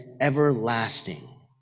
everlasting